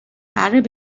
arab